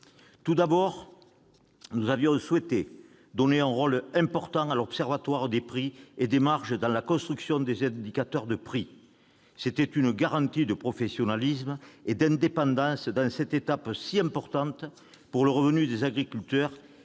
Tout d'abord, nous avions souhaité donner un rôle important à l'Observatoire des prix et des marges dans la construction des indicateurs de prix. C'était une garantie de professionnalisme et d'indépendance dans cette démarche si importante pour le revenu des agriculteurs